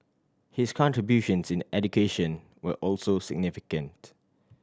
his contributions in education were also significant